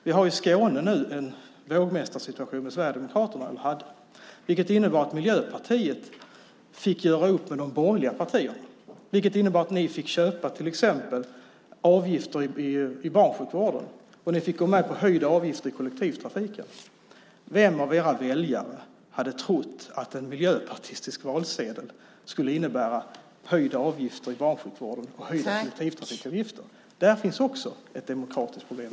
Vi har i Skåne nu en vågmästarsituation med Sverigedemokraterna, vilket innebar att Miljöpartiet fick göra upp med de borgerliga partierna. Det innebar att ni fick köpa till exempel avgifter i barnsjukvården och gå med på höjda avgifter för kollektivtrafiken. Vem av era väljare hade trott att en miljöpartistisk valsedel skulle innebära höjda avgifter på barnsjukvården och kollektivtrafiken? Där finns också ett demokratiskt problem.